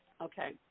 Okay